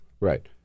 Right